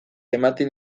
ematen